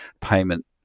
payment